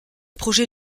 projet